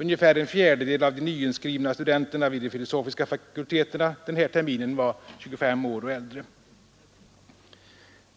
Ungefär en fjärdedel av de nyinskrivna studenterna vid de filosofiska fakulteterna innevarande termin var 25 år eller äldre.